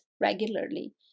regularly